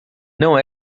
não